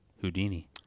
Houdini